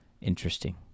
Interesting